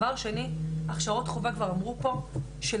דבר שני, ההכשרות חובה, כבר אמרו פה, של